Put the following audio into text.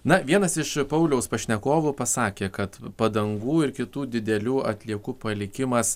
na vienas iš pauliaus pašnekovų pasakė kad padangų ir kitų didelių atliekų palikimas